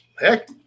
Heck